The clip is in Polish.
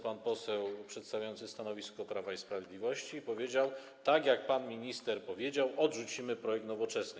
Pan poseł przedstawiający stanowisko Prawa i Sprawiedliwości wyszedł na mównicę i powiedział: Tak jak pan minister powiedział, odrzucimy projekt Nowoczesnej.